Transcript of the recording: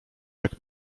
jak